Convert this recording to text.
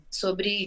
sobre